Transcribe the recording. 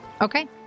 Okay